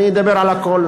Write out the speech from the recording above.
אני אדבר על הכול,